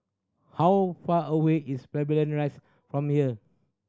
how far away is Pavilion Rise from here